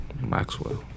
Maxwell